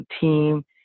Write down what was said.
team